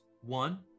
One